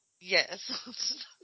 Yes